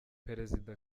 perezida